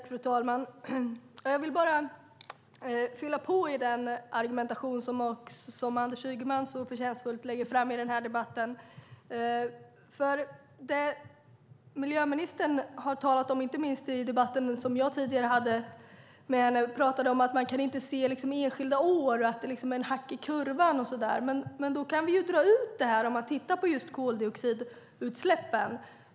Fru talman! Jag vill fylla på den argumentation som Anders Ygeman så förtjänstfullt lägger fram i den här debatten. Tidigare i den debatt som jag hade med Miljöministern pratade hon om att man inte kan titta på enskilda år och att det blir hack i kurvan. Då kan vi dra ut detta och titta på just koldioxidutsläppen.